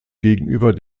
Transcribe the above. gegenüber